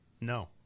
No